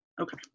Okay